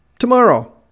tomorrow